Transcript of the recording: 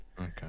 okay